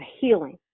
healing